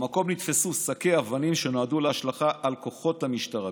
במקום נתפסו שקי אבנים שנועדו להשלכה על כוחות המשטרה.